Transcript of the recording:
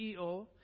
CEO